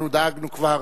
אנחנו דאגנו כבר